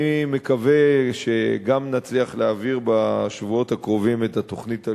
אני מקווה שגם נצליח להעביר בשבועות הקרובים את התוכנית הלאומית,